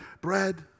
bread